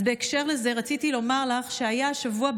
אז בהקשר לזה רציתי לומר לך שהיה השבוע,